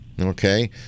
Okay